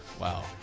Wow